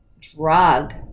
drug